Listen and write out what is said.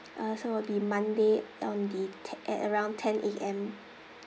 uh so will be monday on the at around ten A_M